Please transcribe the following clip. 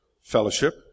fellowship